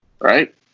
Right